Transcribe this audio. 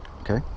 Okay